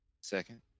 Second